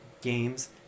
games